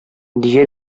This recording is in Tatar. дөя